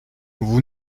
vous